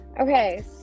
okay